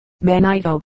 Manito